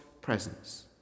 presence